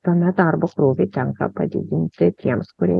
tuomet darbo krūvį tenka padidinti tiems kurie